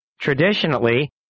Traditionally